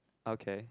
okay